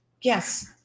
Yes